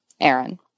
Aaron